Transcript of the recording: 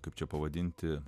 kaip čia pavadinti